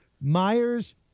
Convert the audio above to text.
Myers